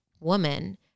woman